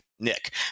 nick